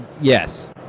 Yes